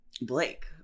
Blake